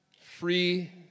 Free